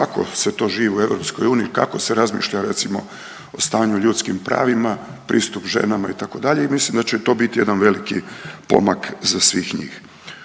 kako se to živi u EU, kako se razmišlja recimo o stanju o ljudskim pravima, pristup ženama itd. i mislim da će to biti jedan veliki pomak za svih njih.